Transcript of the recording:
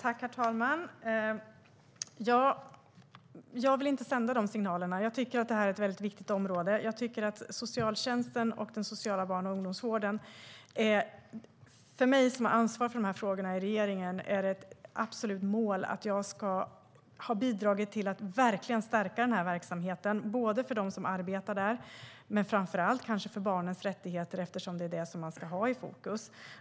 Herr talman! Jag vill inte sända de signalerna. Jag tycker att det här är ett väldigt viktigt område. För mig som har ansvar för de här frågorna i regeringen är det ett absolut mål att jag ska bidra till att verkligen stärka den här verksamheten, både för dem som arbetar där och framför allt kanske för barnens rättigheter, eftersom det är dessa man ska ha i fokus.